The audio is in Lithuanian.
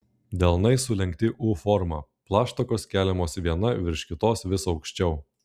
delnai sulenkti u forma plaštakos keliamos viena virš kitos vis aukščiau